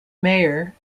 mayor